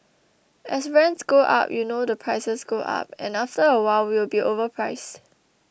as rents go up you know the prices go up and after a while we'll be overpriced